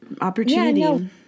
opportunity